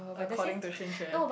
according to Xin-Xue